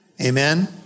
Amen